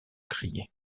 crier